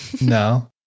No